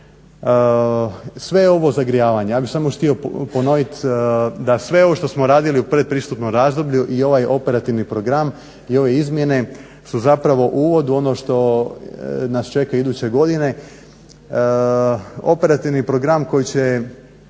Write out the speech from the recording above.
je ovo zagrijavanje. Ja bih samo htio ponoviti da sve ovo što smo radili u pretpristupnom razdoblju i ovaj operativni program i ove izmjene su zapravo uvod u ono što nas čeka iduće godine. Operativni program koji će